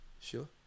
Sure